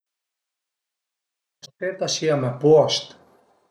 Ch'a së seta si al me post